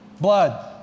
Blood